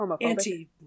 anti